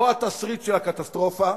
או התסריט של הקטסטרופה,